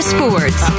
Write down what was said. Sports